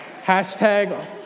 hashtag